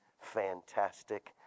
fantastic